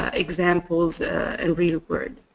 um examples in real world.